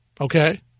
Okay